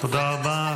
--- תודה רבה.